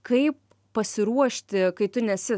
kaip pasiruošti kai tu nesi